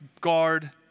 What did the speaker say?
guard